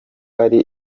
ari